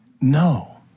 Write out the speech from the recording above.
No